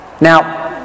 Now